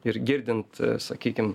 ir girdint sakykim